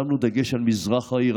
שמנו דגש על מזרח העיר,